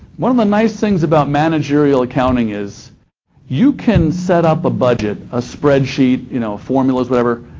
one of the nice things about managerial accounting is you can set up a budget, a spreadsheet, you know, formulas, whatever,